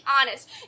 honest